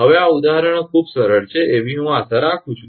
હવે આ ઉદાહરણો ખૂબ સરળ છે તેવી હું આશા રાખું છું